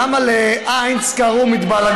למה להיינץ קראו מטבל,